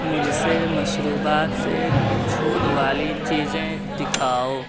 مجھ سے مشروبات سے چھوٹ والی چیزیں دکھاؤ